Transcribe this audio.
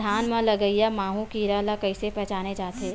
धान म लगईया माहु कीरा ल कइसे पहचाने जाथे?